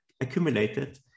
accumulated